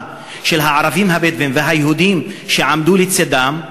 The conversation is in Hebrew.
של הערבים הבדואים והיהודים שעמדו לצדם,